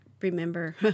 remember